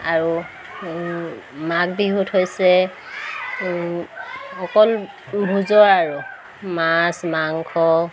আৰু মাঘ বিহুত হৈছে অকল ভোজৰ আৰু মাছ মাংস